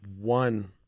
one